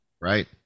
Right